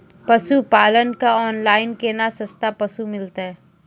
पशुपालक कऽ ऑनलाइन केना सस्ता पसु मिलतै?